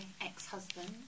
ex-husband